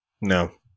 No